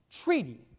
treaty